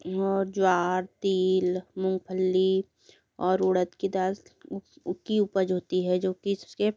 और ज्वार तिल मूंगफली और उड़द की दाल की उपज होती है जो कि इसके